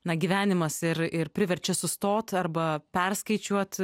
na gyvenimas ir ir priverčia sustot arba perskaičiuot